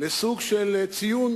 לסוג של ציון,